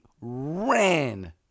ran